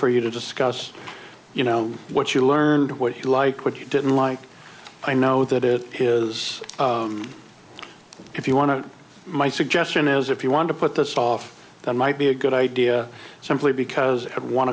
for you to discuss you know what you learned what you like what you didn't like i know that it is if you want to my suggestion is if you want to put this off that might be a good idea simply because of one